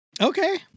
Okay